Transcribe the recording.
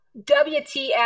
wtf